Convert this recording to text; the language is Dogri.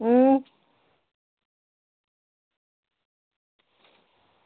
अं